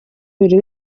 buri